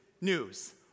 news